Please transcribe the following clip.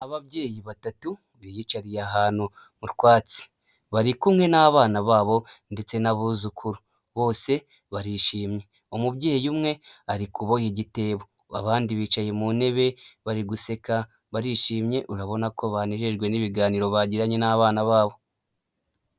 Ababyeyi batatu biyicariye ahantu mu twatsi. Bari kumwe n'abana babo ndetse n'abuzukuru bose barishimye. Umubyeyi umwe ari kuboha igitebo. Abandi bicaye mu ntebe bari guseka, barishimye, urabona ko banejejwe n'ibiganiro bagiranye n'abana babo.